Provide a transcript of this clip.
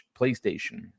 PlayStation